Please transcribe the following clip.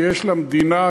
שיש למדינה,